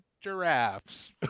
giraffes